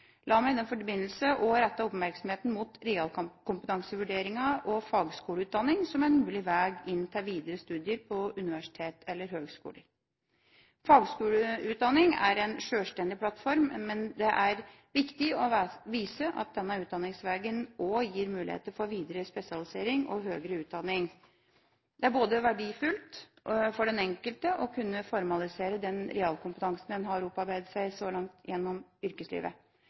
fagskoleutdanning som en mulig vei til videre studier på universitet eller høyskole. Fagskoleutdanning er en sjølstendig plattform, men det er viktig å vise at denne utdanningsveien også gir muligheter for videre spesialisering og høyere utdanning. Det er verdifullt for den enkelte å kunne formalisere den realkompetansen en har opparbeidet seg gjennom yrkeslivet.